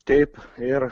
taip ir